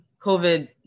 COVID